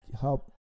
help